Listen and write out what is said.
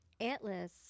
Atlas